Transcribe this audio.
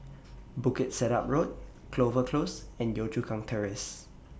Bukit Sedap Road Clover Close and Yio Chu Kang Terrace